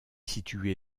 situé